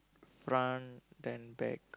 front then back